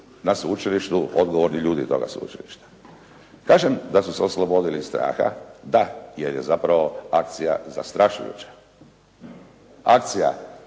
na sveučilištu odgovorni ljudi toga sveučilišta. Kažem da su se oslobodili straha, da jer je zapravo akcija zastrašujuća. Akcija